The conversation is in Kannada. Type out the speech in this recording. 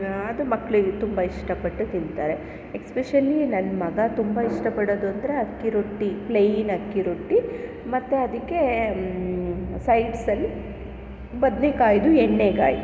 ಅದು ಮಕ್ಕಳಿಗೆ ತುಂಬ ಇಷ್ಟಪಟ್ಟು ತಿಂತಾರೆ ಎಸ್ಪೆಶಲೀ ನನ್ನ ಮಗ ತುಂಬ ಇಷ್ಟಪಡೋದೂಂದರೆ ಅಕ್ಕಿ ರೊಟ್ಟಿ ಪ್ಲೈನ್ ಅಕ್ಕಿ ರೊಟ್ಟಿ ಮತ್ತು ಅದಕ್ಕೆ ಸೈಡ್ಸಲ್ಲಿ ಬದನೇಕಾಯ್ದು ಎಣ್ಣೆಗಾಯಿ